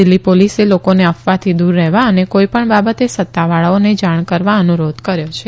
દીલ્ફી પોલીસે લોકોને અફવાથી દુર રહેવા અને કોઇશ ણ બાબતે સત્તાવાળાઓને જાણ કરવા અનુરોધ કર્યો છે